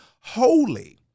holy